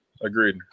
Agreed